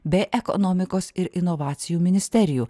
bei ekonomikos ir inovacijų ministerijų